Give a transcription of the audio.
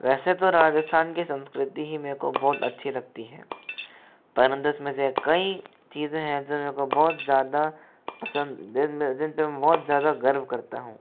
वैसे तो राजस्थान की संस्कृती ही मेरे को बहुत अच्छी लगती है परंतु इसमें से कई चीज़ें हैं जो मे को बहुत ज़्यादा पसंद जिन पर मैं बहुत ज़्यादा गर्व करता हूँ